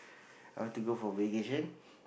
I want to go for vacation